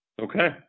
Okay